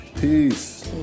Peace